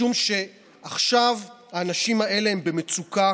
משום שעכשיו האנשים האלה במצוקה